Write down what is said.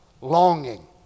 longing